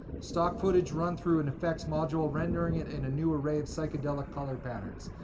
stock footage run through an effects module, rendering it in a new array of psychedelic color patterns.